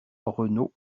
renault